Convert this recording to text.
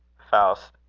faust.